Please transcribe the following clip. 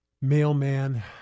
mailman